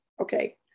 okay